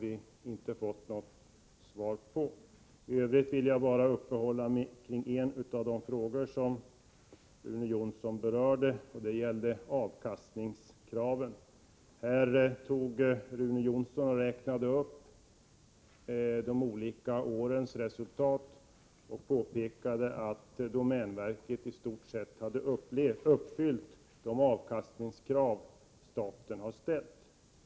I övrigt vill jag bara uppehålla mig vid en av de frågor Rune Jonsson berörde, nämligen avkastningskraven. Här räknade Rune Jonsson upp de olika årens resultat och påpekade att domänverket i stort sett hade uppfyllt de avkastningskrav staten har ställt.